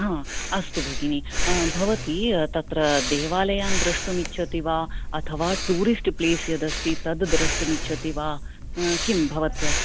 अस्तु भगिनी भवती तत्र देवालयान् द्रष्टुम् इच्छति वा अथवा टूरिस्टप्लेस यदस्ति तद् द्रष्टुम् इच्छति वा किं भवत्या